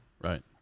Right